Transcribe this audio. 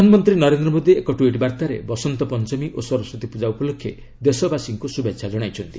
ପ୍ରଧାନମନ୍ତ୍ରୀ ନରେନ୍ଦ୍ର ମୋଦୀ ଏକ ଟ୍ୱିଟ୍ବାର୍ତ୍ତାରେ ବସନ୍ତ ପଞ୍ଚମୀ ଓ ସରସ୍ୱତୀପୂଜା ଉପଲକ୍ଷେ ଦେଶବାସୀଙ୍କୁ ଶୁଭେଚ୍ଛା ଜଣାଇଛନ୍ତି